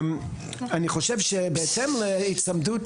אני חושב שבהתאם להצמדות